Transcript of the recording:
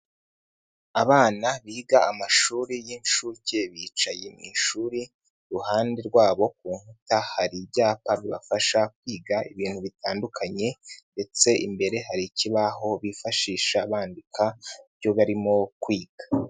Abana biga amashuri y'inshuke bicaye mu ishuri, iruhande rwabo ku nkuta hari ibyapa bibafasha kwiga ibintu bitandukanye ndetse imbere hari ikibaho bifashisha bandika ibyo barimo kwiga.